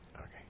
Okay